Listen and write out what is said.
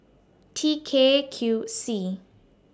T K Q C